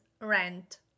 rent